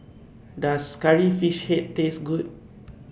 Does Curry Fish Head Taste Good